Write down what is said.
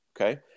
okay